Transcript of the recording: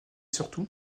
surtout